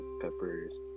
peppers